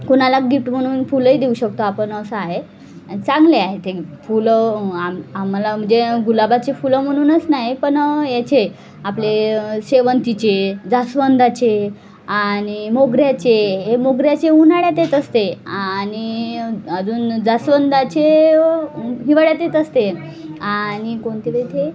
कुणाला गिफ्ट म्हणून फुलंही देऊ शकतो आपण असं आहे चांगले आहे ते फुलं आम आम्हाला म्हणजे गुलाबाचे फुलं म्हणूनच नाही पण याचे आपले शेवंतीचे जास्वंदाचे आणि मोगऱ्याचे हे मोगऱ्याचे उन्हाळ्यातच असते आणि अजून जास्वंदाचे हिवाळ्यातच असते आणि कोणते वेथे